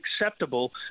acceptable